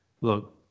look